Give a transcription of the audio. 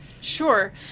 Sure